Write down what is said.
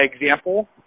example